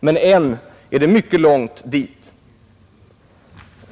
Men än är det mycket långt dit.